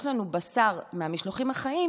יש לנו בשר מהמשלוחים החיים,